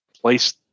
place